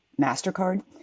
MasterCard